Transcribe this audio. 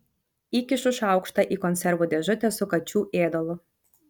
įkišu šaukštą į konservų dėžutę su kačių ėdalu